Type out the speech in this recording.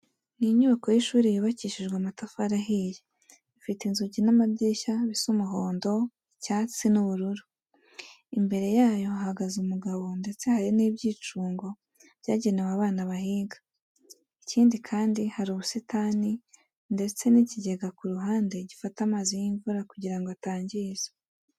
Ni inyubako y'ishuri yubakishijwe amatafari ahiye, ifite inzugi n'amadirishya bisa umuhondo, icyatsi n'ubururu. Imbere yayo hahagaze umugabo ndetse hari n'ibyicungo byagenewe abana bahiga. Ikindi kandi, hari ubusitani ndetse n'ikigega ku ruhande gifata amazi y'imvura kugira ngo atangiza.